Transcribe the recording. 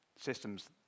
systems